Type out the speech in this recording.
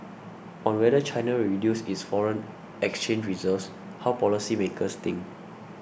on whether China will reduce its foreign exchange reserves how policymakers think